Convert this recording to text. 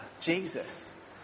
Jesus